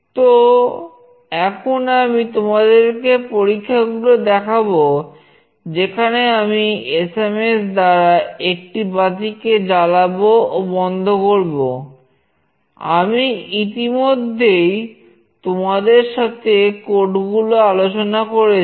তো এখন আমি তোমাদেরকে পরীক্ষাগুলো দেখাবো যেখানে আমি এসএমএস গুলো আলোচনা করেছি